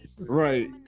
right